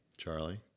Charlie